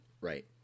right